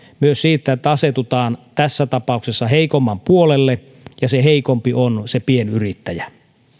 myös siitä että asetutaan tässä tapauksessa heikomman puolelle ja se heikompi on se pienyrittäjä